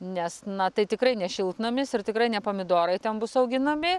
nes na tai tikrai ne šiltnamis ir tikrai ne pomidorai ten bus auginami